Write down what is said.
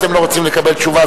אתם לא רוצים לקבל תשובה.